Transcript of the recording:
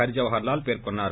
హరి జవహర్లాల్ పేర్కొన్నారు